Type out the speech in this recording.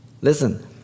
Listen